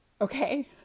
Okay